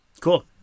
Cool